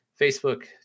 Facebook